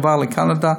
עבר לקנדה,